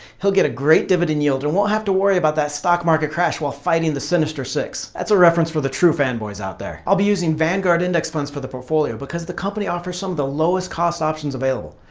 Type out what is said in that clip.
he'll get a great dividend yield and won't have to worry about a stock market crash while fighting the sinister six. that's a reference for the true fanboys out there. i'll be using vanguard index funds for the portfolio because the company offers some of the lowest cost options available.